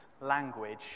language